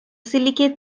silicate